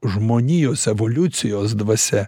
žmonijos evoliucijos dvasia